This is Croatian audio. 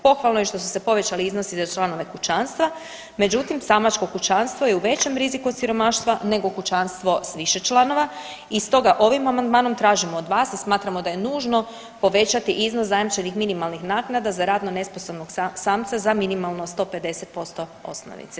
Pohvalno je što su se povećali iznosi za članove kućanstva, međutim samačko kućanstvo je u većem riziku od siromaštva nego kućanstvo s više članova i stoga ovim amandmanom tražimo od vas i smatramo da je nužno povećati iznos zajamčenih minimalnih naknada za radno nesposobnog samca za minimalno 150% osnovice.